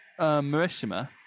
Marishima